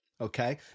Okay